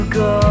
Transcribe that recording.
go